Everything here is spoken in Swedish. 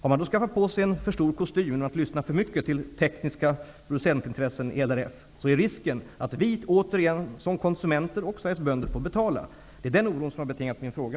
Om man då har tagit på sig en för stor kostym på grund av att man har lyssnat för mycket till tekniska producentintressen i LRF är risken att vi som konsumenter och Sveriges bönder återigen får betala. Det är den oron som har betingat min fråga.